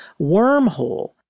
wormhole